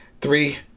three